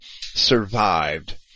survived